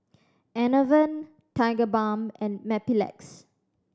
Enervon Tigerbalm and Mepilex